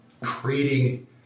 creating